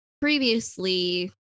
previously